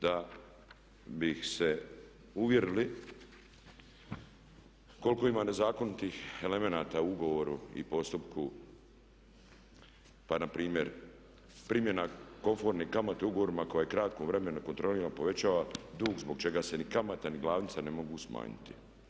Da bih se uvjerili koliko ima nezakonitih elemenata u ugovoru i postupku pa npr. primjena komforne kamate u ugovorima koja u kratkom vremenu kontrolirano povećava dug zbog čega se ni kamata ni glavnica ne mogu smanjiti.